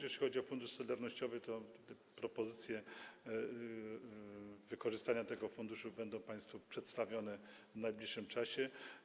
Jeżeli chodzi o fundusz solidarnościowy, to propozycje wykorzystania tego funduszu będą państwu przedstawione w najbliższym czasie.